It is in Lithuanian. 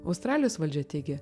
australijos valdžia teigė